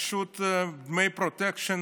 פשוט דמי פרוטקשן